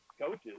coaches